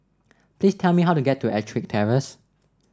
please tell me how to get to EttricK Terrace